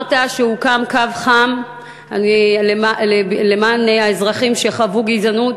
אמרת שהוקם קו חם למען האזרחים שחוו גזענות.